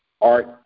art